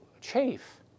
chafe